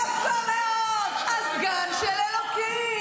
יפה מאוד, הסגן של אלוקים.